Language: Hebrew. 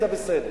זה בסדר,